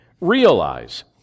realize